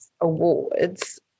awards